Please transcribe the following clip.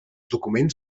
documents